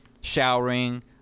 showering